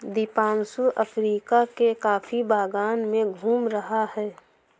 Deepanshu Africa के coffee बागान में घूम रहा है